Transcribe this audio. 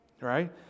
right